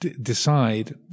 decide